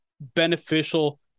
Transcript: beneficial